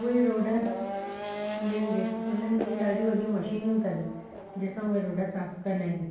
उहे रोड में जेके उन्हनि जी ॾाढी वॾियूं मशीनियूं अथनि जंहिंसां उहे रोड साफ़ कंदा आहिनि